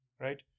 right